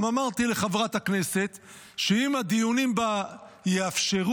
גם אמרתי לחברת הכנסת שאם הדיונים בה יאפשרו